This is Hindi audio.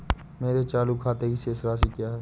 मेरे चालू खाते की शेष राशि क्या है?